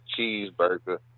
cheeseburger